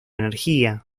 energía